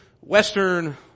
western